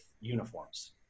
uniforms